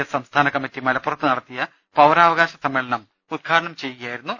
S സംസ്ഥാന കമ്മിറ്റി മലപ്പുറത്ത് നടത്തിയ പൌരാ വകാശ സമ്മേളനം ഉദ്ഘാടനം ചെയ്യുകയായിരുന്നു അദ്ദേഹം